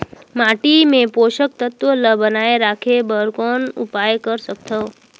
माटी मे पोषक तत्व ल बनाय राखे बर कौन उपाय कर सकथव?